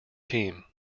team